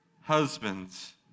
husbands